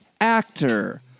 actor